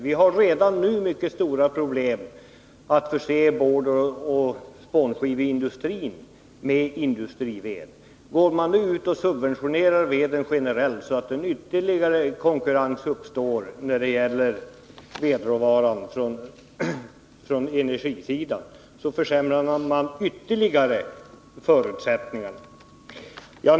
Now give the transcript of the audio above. Vi har redan nu mycket stora problem då det gäller att förse boardoch spånskiveindustrin med industrived. Subventionerar man nu veden generellt, så att en ytterligare konkurrens uppstår när det gäller vedråvaran från energisidan, försämrar man ytterligare förutsättningarna.